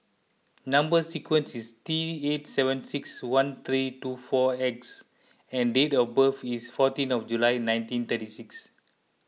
Number Sequence is T eight seven six one three two four X and date of birth is fourteen of July nineteen thirty six